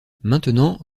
maintenant